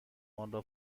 آنرا